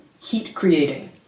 heat-creating